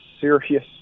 serious